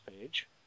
page